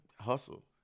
hustle